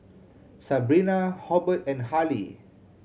Sabrina Hobert and Harley